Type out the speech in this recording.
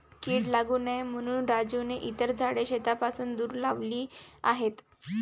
कीड लागू नये म्हणून राजूने इतर झाडे शेतापासून दूर लावली आहेत